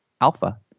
Alpha